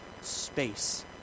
space